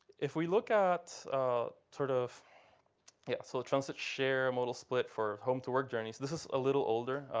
if we look at sort of yeah so the transit share modal split for home-to-work journeys, this is a little older.